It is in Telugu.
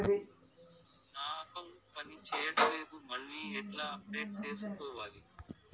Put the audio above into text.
నా అకౌంట్ పని చేయట్లేదు మళ్ళీ ఎట్లా అప్డేట్ సేసుకోవాలి?